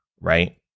Right